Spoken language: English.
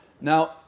Now